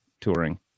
touring